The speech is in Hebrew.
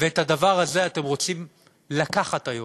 ואת הדבר הזה אתם רוצים לקחת היום.